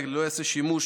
"לא ייעשה שימוש,